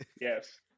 Yes